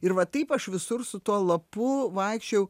ir va taip aš visur su tuo lapu vaikščiojau